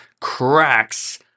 cracks